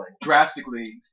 Drastically